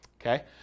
okay